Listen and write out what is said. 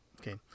Okay